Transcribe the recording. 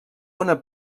una